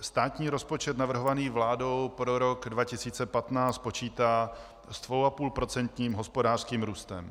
Státní rozpočet navrhovaný vládou pro rok 2015 počítá s 2,5procentním hospodářským růstem.